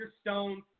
Stone